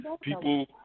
People